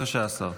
בבקשה, השר.